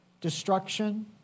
destruction